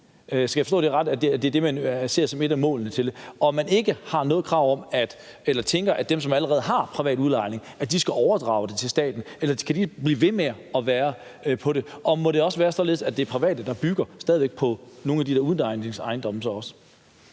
Skal jeg forstå det sådan, at det er det, man ser som et af målene? Har man ikke noget krav om, at dem, som allerede har privat udlejning, skal overdrage det til staten, så de på den måde kan blive ved med at være der? Og må det være således, at der stadig væk også er private, der bygger på nogle af de der udlejningsejendomme? Kl.